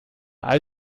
all